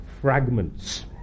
fragments